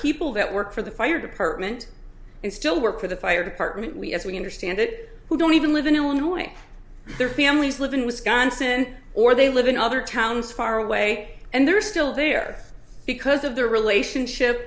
people that work for the fire department and still work for the fire department we as we understand it who don't even live in a one way their families live in wisconsin or they live in other towns far away and they're still there because of their relationship